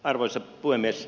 arvoisa puhemies